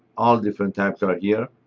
all different types are here.